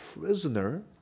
prisoner